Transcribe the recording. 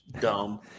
Dumb